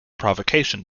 provocation